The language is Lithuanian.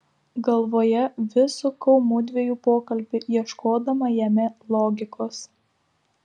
galvoje vis sukau mudviejų pokalbį ieškodama jame logikos